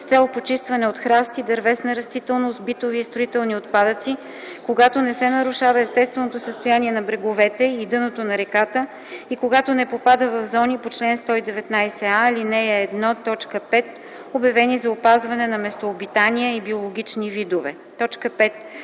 с цел почистване от храсти, дървесна растителност, битови и строителни отпадъци, когато не се нарушава естественото състояние на бреговете и дъното на реката и когато не попада в зони по чл. 119а, ал. 1, т. 5, обявени за опазване на местообитания и биологични видове;